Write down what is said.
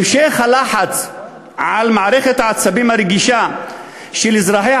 המשך הלחץ על מערכת העצבים הרגישה של אזרחיה